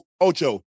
Ocho